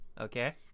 Okay